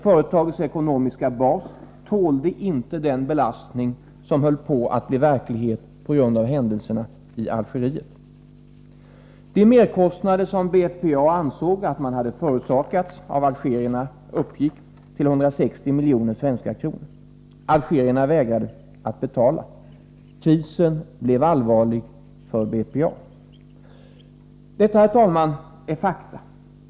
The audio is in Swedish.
Företagets ekonomiska bas tålde inte den belastning som höll på att bli verklighet på grund av händelserna i Algeriet. De merkostnader som BPA ansåg att man förorsakats av algerierna uppgick till 160 miljoner svenska kronor. Algerierna vägrade att betala. Krisen blev allvarlig för BPA. Detta, herr talman, är fakta.